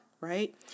right